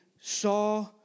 saw